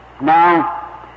Now